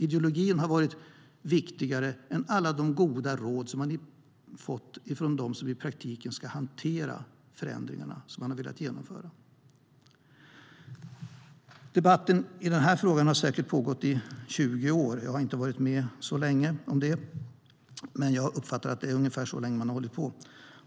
Ideologin har varit viktigare än alla goda råd man har fått från de som i praktiken ska hantera de förändringar som man har velat genomföra. Debatten i frågan har pågått i säkerligen 20 år nu. Jag har inte varit med i den så länge, men jag uppfattar det som att man har hållit på så länge.